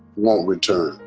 won't return.